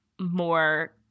more